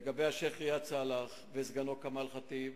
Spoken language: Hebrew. לגבי השיח' ראאד סלאח וסגנו כמאל ח'טיב,